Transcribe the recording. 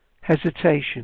Hesitation